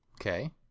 Okay